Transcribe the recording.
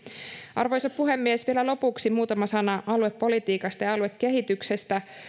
arvoisa puhemies vielä lopuksi muutama sana aluepolitiikasta ja aluekehityksestä